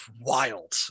wild